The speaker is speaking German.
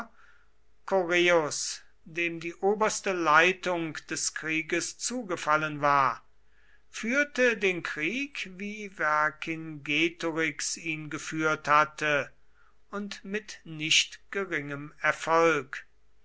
correus dem die oberste leitung des krieges zugefallen war führte den krieg wie vercingetorix ihn geführt hatte und mit nicht geringem erfolg